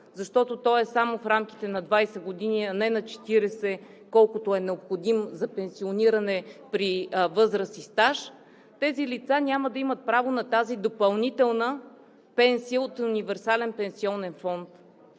защото той е само в рамките на 20 години, а не на 40, колкото е необходим за пенсиониране при възраст и стаж, няма да имат право на допълнителната пенсия от универсален пенсионен фонд.